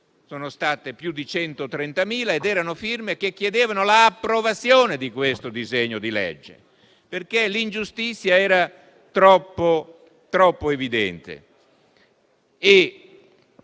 sono state più di 130.000 e chiedevano l'approvazione di questo disegno di legge, perché l'ingiustizia era troppo evidente.